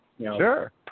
Sure